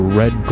red